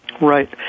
Right